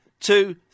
two